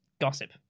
gossip